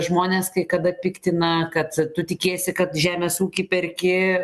žmones kai kada piktina kad tu tikėsi kad žemės ūkį perki